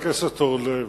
חבר הכנסת אורלב.